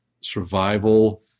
survival